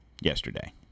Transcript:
yesterday